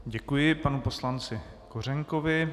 Děkuji panu poslanci Kořenkovi.